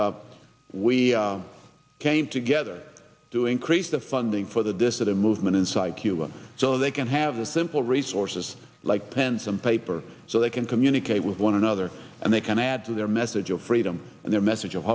we came together to increase the funding for the dissident movement inside cuba so they can have a simple resources like pen some paper so they can communicate with one another and they can add to their message of freedom and their message of